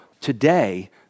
today